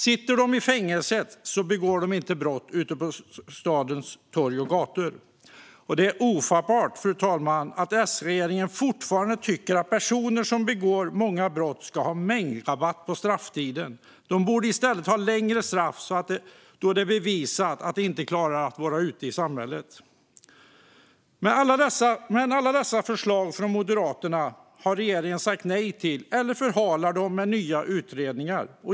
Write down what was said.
Sitter de i fängelse begår de inte brott ute på stadens torg och gator. Det är ofattbart, fru talman, att S-regeringen fortfarande tycker att personer som begår många brott ska ha mängdrabatt på strafftiden. De borde i stället ha längre straff, då de bevisat att de inte klarar att vara ute i samhället. Reglering av vapenmagasin Regeringen säger nej till dessa förslag från Moderaterna eller förhalar dem med nya utredningar.